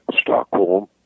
Stockholm